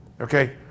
okay